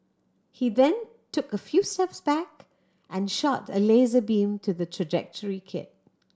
he then took a few steps back and shot a laser beam to the trajectory kit